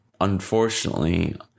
unfortunately